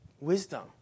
wisdom